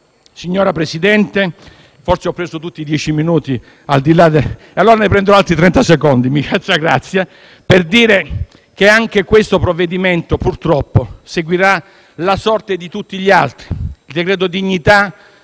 faccia grazia, per dire che questo provvedimento, purtroppo, seguirà la sorte di tutti gli altri. Il decreto dignità